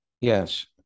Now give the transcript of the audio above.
Yes